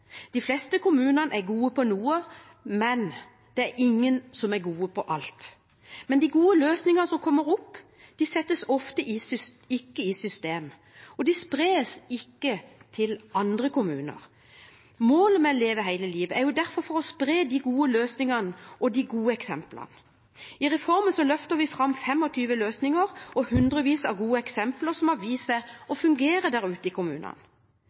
De fleste kommuner er gode på noe; det er ingen som er gode på alt. Men de gode løsningene som kommer, settes ofte ikke i system, og de spres ikke til andre kommuner. Målet med Leve hele livet er derfor å spre de gode løsningene og eksemplene. I reformen løfter vi fram 25 løsninger og hundrevis av gode eksempler som har vist seg å fungere ute i kommunene.